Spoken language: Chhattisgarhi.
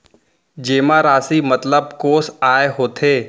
जेमा राशि मतलब कोस आय होथे?